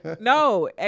No